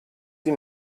die